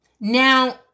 Now